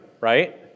right